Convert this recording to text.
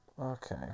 Okay